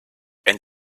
and